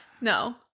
No